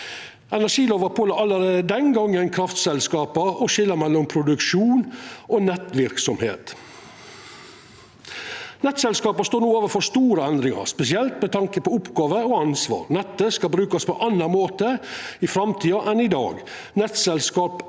Energilova påla allereie den gongen kraftselskapa å skilja mellom produksjon og nettverksemd. Nettselskapa står no overfor store endringar, spesielt med tanke på oppgåver og ansvar. Nettet skal brukast på ein annan måte i framtida enn i dag.